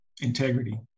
Integrity